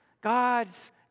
God's